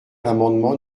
l’amendement